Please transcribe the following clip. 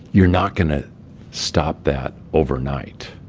you're not going to stop that overnight.